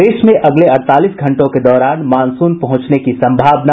प्रदेश में अगले अड़तालीस घंटों के दौरान मानसून पहुंचने की संभावना